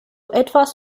etwas